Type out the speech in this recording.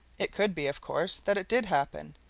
it could be, of course, that it did happen,